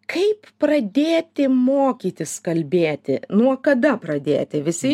kaip pradėti mokytis kalbėti nuo kada pradėti visi